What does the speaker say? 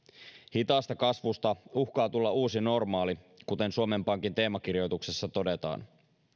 hitaasta kasvusta uhkaa tulla uusi normaali kuten suomen pankin teemakirjoituksessa todetaan